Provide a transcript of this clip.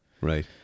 Right